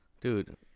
Dude